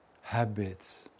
habits